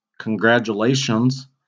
congratulations